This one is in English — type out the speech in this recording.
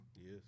Yes